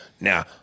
Now